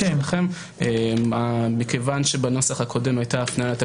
מי שהיה פה